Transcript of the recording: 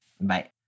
Bye